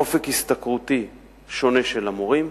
אופק השתכרותי שונה של המורים,